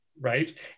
Right